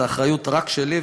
זאת אחריות רק שלי,